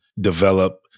develop